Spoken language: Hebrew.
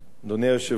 אדוני היושב-ראש,